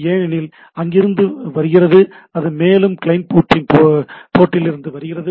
ஏனெனில் எங்கிருந்து வருகிறது மேலும் அது கிளையண்டின் போர்ட்டிலிருந்து வருகிறது